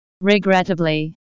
Regrettably